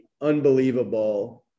unbelievable